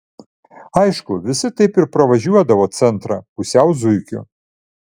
aišku visi taip ir pravažiuodavo centrą pusiau zuikiu